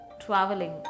traveling